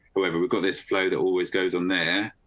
however, we got this flow that always goes on there.